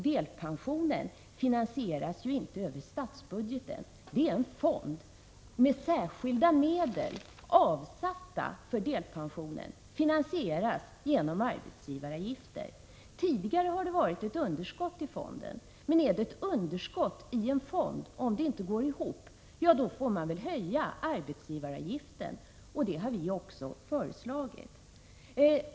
Delpensionen finansieras vidare inte över statsbudgeten utan via en fond med särskilt för delpensionen avsatta medel, uttagna i form av arbetsgivaravgifter. Tidigare har det varit ett underskott i fonden. Men om det är ett underskott i en sådan fond, får man väl höja arbetsgivaravgiften, och det har vi också föreslagit.